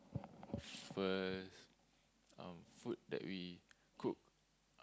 first um food that we cook